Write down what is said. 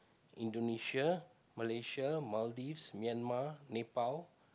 Indonesia Malaysia Maldives Myanmar Nepal